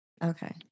Okay